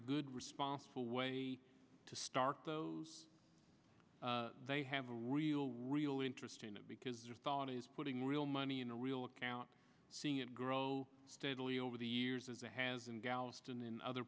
good responsible way to start those they have a real real interest in it because their thought is putting real money in a real account seeing it grow steadily over the years as a has in galveston in other